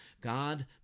God